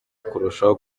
kurushaho